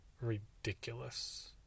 ridiculous